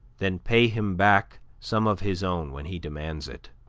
then pay him back some of his own when he demands it.